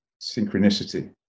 synchronicity